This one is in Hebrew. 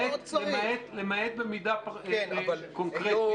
למעט במידה קונקרטית